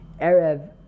Erev